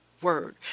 word